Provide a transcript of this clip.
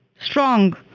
strong